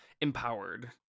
empowered